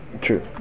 true